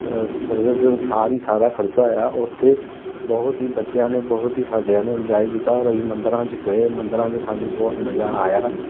budget ਦੇ ਅਨੁਸਾਰ ਹੀ ਸਾਰਾ ਖਰਚਾ ਹੋਇਆ ਉੱਥੇ ਬਹੁਤ ਹੀ ਬੱਚਿਆਂ ਨੇ ਬਹੁਤ ਹੀ ਸਾਡਿਆਂ ਨੇ ਇੰਜੋਏ ਕੀਤਾ ਔਰ ਅਸੀਂ ਮੰਦਰਾਂ 'ਚ ਗਏ ਮੰਦਰਾਂ 'ਚ ਸਾਨੂੰ ਬਹੁਤ ਮਜ਼ਾ ਆਇਆ